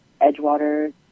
Edgewater